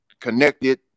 connected